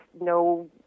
no